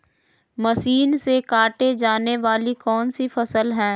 Machine से काटे जाने वाली कौन सी फसल है?